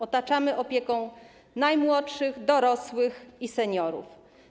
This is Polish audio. Otaczamy opieką najmłodszych, dorosłych i seniorów.